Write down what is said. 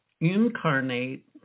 incarnate